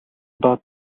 доод